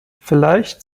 vielleicht